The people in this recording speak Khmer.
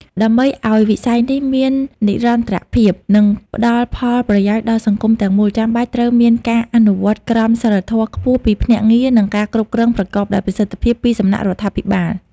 ដើម្បីឲ្យវិស័យនេះមាននិរន្តរភាព និងផ្តល់ផលប្រយោជន៍ដល់សង្គមទាំងមូល ចាំបាច់ត្រូវមានការអនុវត្តក្រមសីលធម៌ខ្ពស់ពីភ្នាក់ងារ និងការគ្រប់គ្រងប្រកបដោយប្រសិទ្ធភាពពីសំណាក់រដ្ឋាភិបាល។